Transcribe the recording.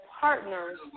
partner's